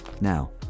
Now